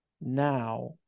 now